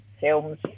films